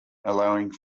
allowing